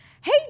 Hey